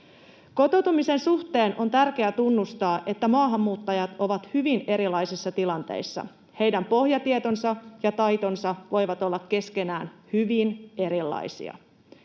Kotoutumisen suhteen on tärkeää tunnustaa, että maahanmuuttajat ovat hyvin erilaisissa tilanteissa. Heidän pohjatietonsa ja taitonsa voivat olla keskenään hyvin erilaisia.